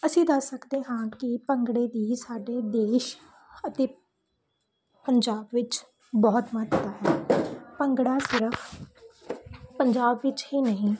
ਅਸੀਂ ਦੱਸ ਸਕਦੇ ਹਾਂ ਕਿ ਭੰਗੜੇ ਦੀ ਸਾਡੇ ਦੇਸ਼ ਅਤੇ ਪੰਜਾਬ ਵਿੱਚ ਬਹੁਤ ਮਹੱਤਤਾ ਹੈ ਭੰਗੜਾ ਸਿਰਫ ਪੰਜਾਬ ਵਿੱਚ ਹੀ ਨਹੀਂ